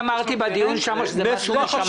אמרתי באותו דיון שזה מן השמיים.